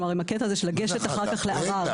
כלומר, הקטע הזה של לגשת אחר כך לערער.